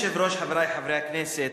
אדוני היושב-ראש, חברי חברי הכנסת,